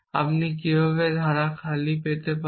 আপনি কিভাবে খালি ধারা পেতে পারি